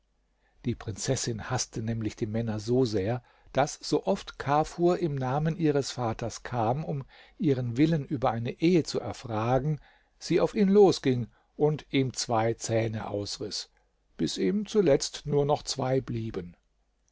die prinzessin haßte nämlich die männer so sehr daß so oft kafur im namen ihres vaters kam um ihren willen über eine ehe zu erfragen sie auf ihn losging und ihm zwei zähne ausriß bis ihm zuletzt nur noch zwei blieben